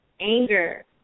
anger